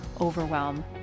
overwhelm